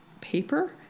paper